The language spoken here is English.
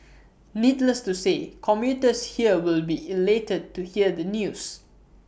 needless to say commuters here will be elated to hear the news